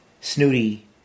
snooty